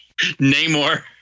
Namor